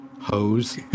hose